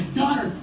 daughter